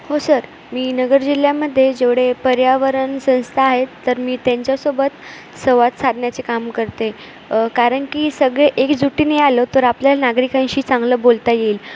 हो सर मी नगर जिल्ह्यामध्ये जेवढे पर्यावरण संस्था आहेत तर मी त्यांच्यासोबत संवाद साधण्याचे काम करते कारण की सगळे एकजुटीन आलं तर आपल्याला नागरिकांशी चांगलं बोलता येईल